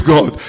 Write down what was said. God